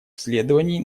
исследований